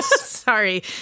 Sorry